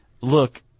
look